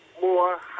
more